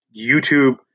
YouTube